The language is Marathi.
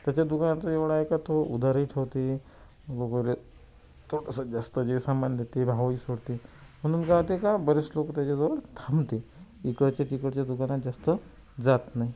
त्याच्या दुकानात तर एवढं आहे का तो उधारी ठेवते वगैरे तो तसं जास्त जे सामान देते राहावई सोडते म्हणून का होते का बरेच लोकं त्याच्याजवळ थांबते इकडच्या तिकडच्या दुकानात जास्त जात नाही